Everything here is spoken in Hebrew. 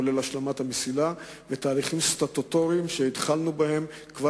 וכן השלמת המסילה ותהליכים סטטוטוריים שהתחלנו בהם כבר